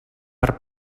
per